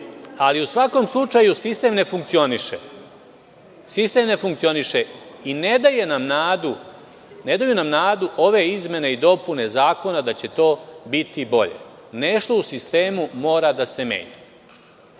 ali u svakom slučaju sistem ne funkcioniše i ne daju nam nadu ove izmene i dopune zakona da će to biti bolje. Nešto u sistemu mora da se menja.